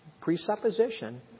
presupposition